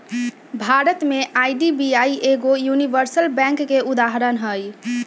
भारत में आई.डी.बी.आई एगो universal bank के उदाहरण हइ